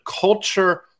culture